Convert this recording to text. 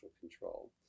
control